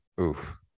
Oof